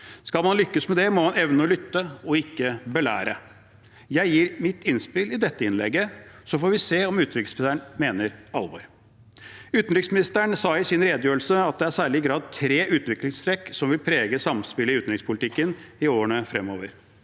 Skal man lykkes med det, må man evne å lytte og ikke belære. Jeg gir mitt innspill i dette innlegget, så får vi se om utenriksministeren mener alvor. Utenriksministeren sa i sin redegjørelse at det i særlig grad er tre utviklingstrekk som vil prege samspillet i utenrikspolitikken i årene fremover.